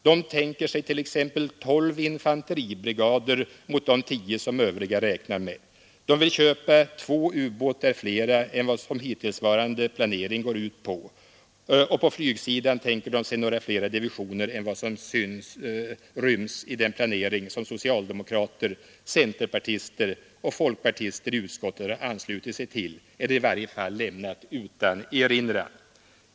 De tänker sig t.ex. tolv infanteribrigader mot de tio som övriga räknar med. De vill köpa två u-båtar fler än vad hittillsvarande planering går ut på, och på flygsidan tänker de sig några fler divisioner än vad som ryms i den planering som socialdemokrater, centerpartister och folkpartister i utskottet har anslutit sig till eller i varje fall lämnat utan erinran.